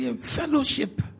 fellowship